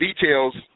details